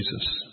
Jesus